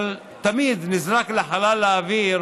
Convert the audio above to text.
אבל תמיד נזרק לחלל האוויר